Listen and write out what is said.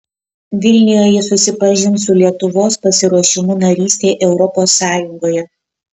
vilniuje jis susipažins su lietuvos pasiruošimu narystei europos sąjungoje